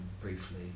briefly